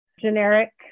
generic